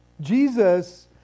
Jesus